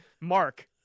Mark